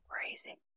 crazy